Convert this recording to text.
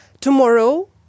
tomorrow